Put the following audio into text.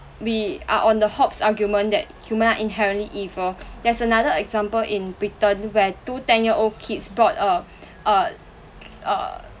we are on the hobbes' argument that human are inherently evil there's another example in Britain where two ten year old kids brought err err err